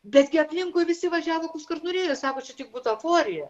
betgi aplinkui visi važiavo kas kur norėjo sako čia tik butaforija